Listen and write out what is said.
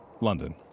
London